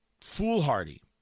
foolhardy